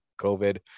COVID